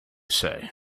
say